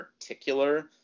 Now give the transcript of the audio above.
particular